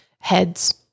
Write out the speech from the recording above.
heads